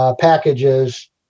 packages